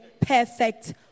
Perfect